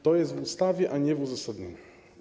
To jest w ustawie, a nie w uzasadnieniu.